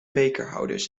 bekerhouders